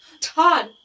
Todd